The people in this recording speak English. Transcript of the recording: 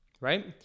Right